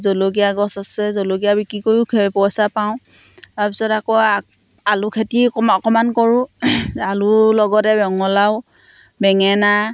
জলকীয়া গছ আছে জলকীয়া বিক্ৰী কৰিও খে পইচা পাওঁ তাৰপিছত আকৌ আ আলু খেতি অকণমান অকণমান কৰোঁ আলুৰ লগতে ৰঙালাও বেঙেনা